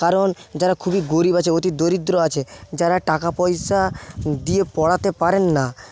কারণ যারা খুবই গরিব আছে অতি দরিদ্র আছে যারা টাকা পয়সা দিয়ে পড়াতে পারেন না